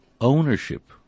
ownership